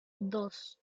dos